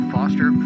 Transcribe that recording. Foster